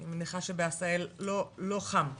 אני מניחה שבעשהאל לא חם בחורף.